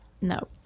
No